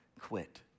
quit